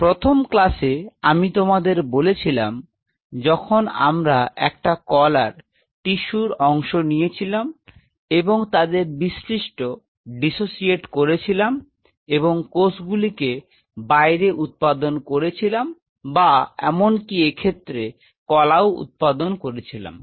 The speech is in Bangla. প্রথম ক্লাসে আমি তোমাদের বলেছিলাম যখন আমরা একটা কলার অংশ নিয়েছিলাম এবং তাদের বিশ্লিষ্ট করেছিলাম এবং কোষগুলিকে বাইরে উৎপাদন করেছিলাম বা এমনকি এক্ষেত্রে কলাও উৎপাদন করেছিলাম